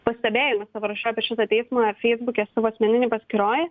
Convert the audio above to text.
pastebėjimus savo rašiau apie šitą teismą feisbuke savo asmeninėj paskyroj